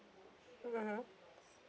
mmhmm